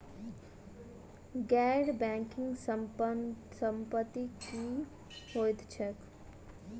गैर बैंकिंग संपति की होइत छैक?